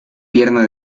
pierna